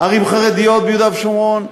ערים חרדיות ביהודה ושומרון,